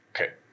Okay